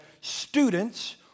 students